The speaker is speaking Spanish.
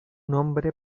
nombre